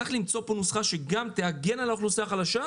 צריך למצוא פה נוסחה שגם תגן על האוכלוסייה החלשה,